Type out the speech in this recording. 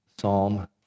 Psalm